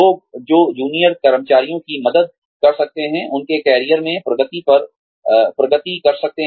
लोग जो जूनियर कर्मचारियों की मदद कर सकते हैं उनके करियर में प्रगति कर सकते हैं